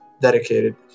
dedicated